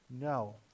No